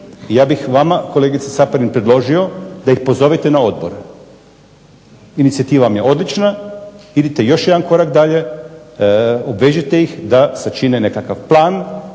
ja bih vama kolegice Caparin predložio da ih pozovete na odbor. Inicijativa vam je odlična, idite još jedan korak dalje obvežite ih da sačine nekakav plan